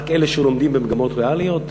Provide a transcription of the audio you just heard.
רק אלה שלומדים במגמות ריאליות,